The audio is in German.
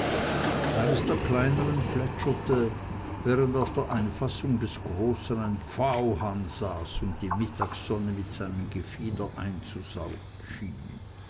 eines der kleineren plätscherte während auf der einfassung des großen ein pfauhahn saß und die mittagsonne mit seinem gefieder einzusaugen schien